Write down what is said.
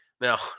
Now